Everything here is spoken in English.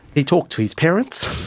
he talked to his parents?